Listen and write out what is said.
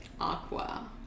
Aqua